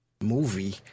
movie